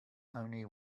only